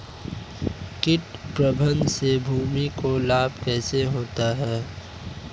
कीट प्रबंधन से भूमि को लाभ कैसे होता है?